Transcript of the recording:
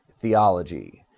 theology